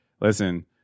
listen